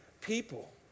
people